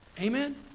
Amen